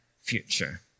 future